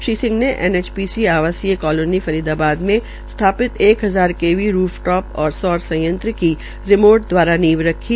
श्री सिंह ने NHPC colony Faridabad मे स्था त एक हजार के वी रूफ टो सौर संयंत्र की रिमोट दवारा नींव रखी